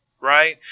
right